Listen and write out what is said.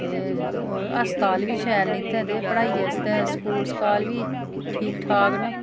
ते ओह् हस्पताल बी शैल ने इत्थे ते पढ़ाई आस्तै स्कूल स्काल बी ठीक ठाक न